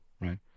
Right